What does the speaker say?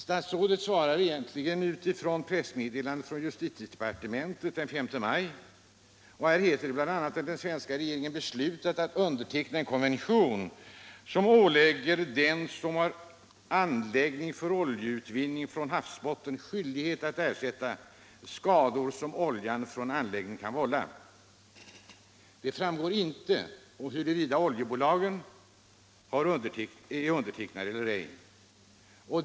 Statsrådet svarar i enlighet med pressmeddelandet — Nordsjön från justitiedepartementet den 5 maj. Här heter det bl.a. att den svenska regeringen beslutat att underteckna en konvention, som ålägger den som har anläggning för oljeutvinning från havsbottnen skyldighet att ersätta skador som oljan från anläggningen kan vålla. Det framgår inte huruvida oljebolagen är undertecknare eller ej.